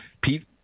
pete